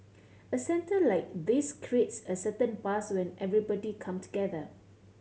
a centre like this creates a certain buzz when everybody come together